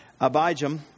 abijam